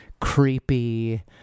creepy